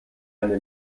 eine